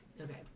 Okay